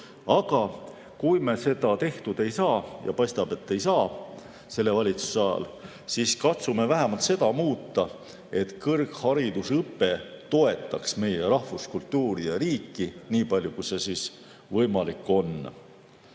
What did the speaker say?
aru. Kui me seda tehtud ei saa – ja paistab, et selle valitsuse ajal ei saa –, siis katsume vähemalt seda muuta, et kõrgharidusõpe toetaks meie rahvuskultuuri ja -riiki nii palju, kui see võimalik on.